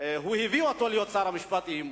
הוא הביא אותו להיות שר המשפטים,